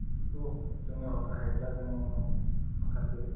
बेखौ जोंनो हरनो हायोब्ला जों माखासे